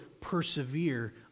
persevere